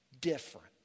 different